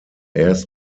erst